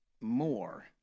more